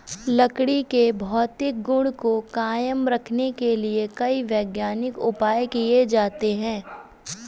लकड़ी के भौतिक गुण को कायम रखने के लिए कई वैज्ञानिक उपाय किये जाते हैं